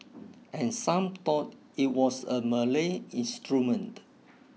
and some thought it was a Malay instrument